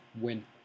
win